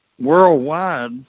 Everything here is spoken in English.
worldwide